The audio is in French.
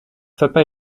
papa